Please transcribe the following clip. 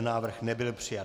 Návrh nebyl přijat.